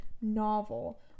novel